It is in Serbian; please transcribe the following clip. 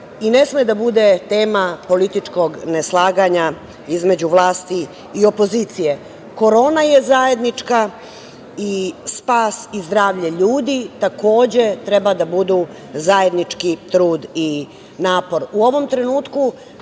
i ne sme da bude tema političkog neslaganja između vlasti i opozicije. Korona je zajednička i spas i zdravlje ljudi takođe treba da budu zajednički trud i napor.U